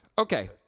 Okay